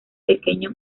pequeño